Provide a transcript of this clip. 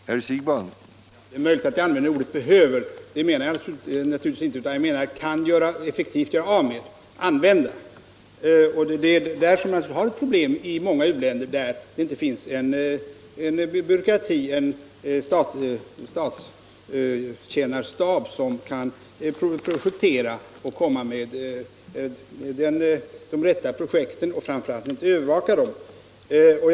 Herr talman! Det är möjligt att jag använde ordet ”behöver”, men det menade jag i så fall naturligtvis inte utan avsåg ”effektivt göra av med, använda”. Detta är givetvis ett problem i många u-länder, där det inte finns en byråkrati, en statstjänarstab som kan utarbeta de rätta projekten och framför allt inte kan övervaka de projekt som förekommer.